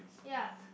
yeap